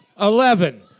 Eleven